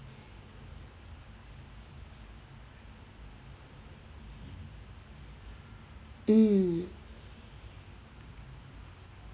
mm